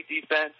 defense